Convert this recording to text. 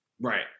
Right